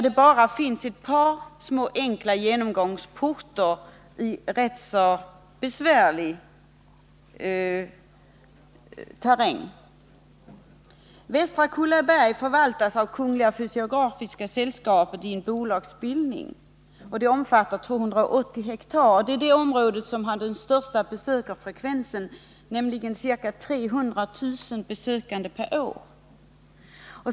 Det finns bara ett par enkla genomgångsportar i rätt besvärlig terräng. Västra Kullaberg förvaltas av Kungl. Fysiografiska sällskapet i en bolagsbildning och omfattar 280 ha. Det är det området som har den största besökarfrekvensen, nämligen 300 000 besökare per år.